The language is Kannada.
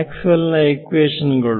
ಮ್ಯಾಕ್ಸ್ವೆಲ್ ನ ಇಕ್ವೇಶನ್ ಗಳು